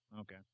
Okay